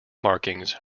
markings